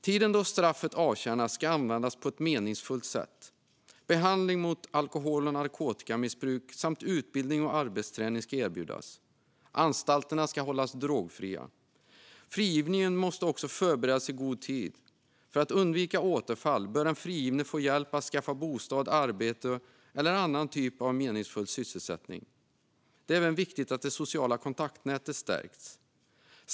Tiden då straffet avtjänas ska användas på ett meningsfullt sätt. Behandling mot alkohol och narkotikamissbruk samt utbildning och arbetsträning ska erbjudas. Anstalterna ska hållas drogfria. Frigivningen måste förberedas i god tid. För att undvika återfall bör den frigivne få hjälp att skaffa bostad och arbete eller annan typ av meningsfull sysselsättning. Det är även viktigt att det sociala kontaktnätet stärks.